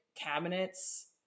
cabinets